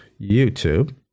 YouTube